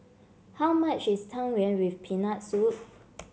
how much is Tang Yuen with Peanut Soup